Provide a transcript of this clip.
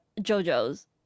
Jojo's